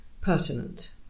pertinent